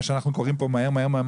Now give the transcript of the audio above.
שאנחנו קוראים פה מהר-מהר,